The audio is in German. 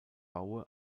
baue